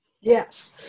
Yes